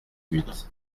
huit